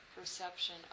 perception